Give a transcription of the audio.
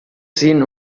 seen